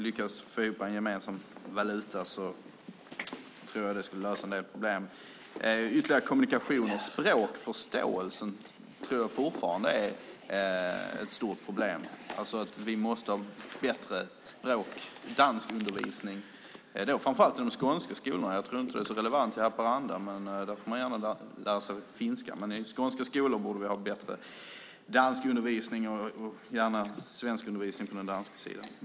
Jag tror att en gemensam valuta skulle lösa en del problem. Sedan finns det ytterligare kommunikationsfrågor. Språkförståelsen är fortfarande ett stort problem. Vi måste ha bättre danskundervisning i framför allt de skånska skolorna. Jag tror inte att det är så relevant i Haparanda, men där får de gärna lära sig finska. I skånska skolor borde vi ha bättre danskundervisning och gärna svenskundervisning på den danska sidan.